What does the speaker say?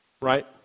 right